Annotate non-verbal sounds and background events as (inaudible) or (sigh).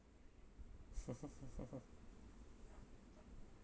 (laughs)